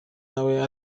nawe